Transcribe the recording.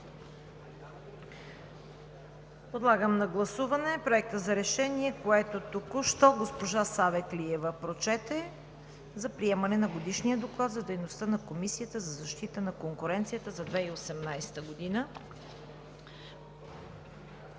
Подлагам на гласуване Проекта за решение, който току-що госпожа Савеклиева прочете, за приемане на Годишния доклад за дейността на Комисията за защита на конкуренцията за 2018 г.